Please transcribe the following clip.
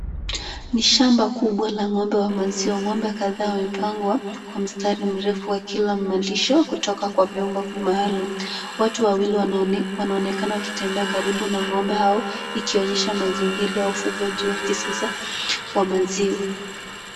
Ni shamba kubwa la ng'ombe wa maziwa. Ng'ombe kadhaa wamepangwa kwa mstari mrefu wakila malisho kutoka kwa vyombo maalum. Watu wawili wanaonekana wakitembea karibu na ng'ombe hao ikionyesha mazingira ya ufugaji wa kisasa wa maziwa.